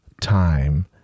time